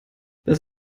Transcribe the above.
das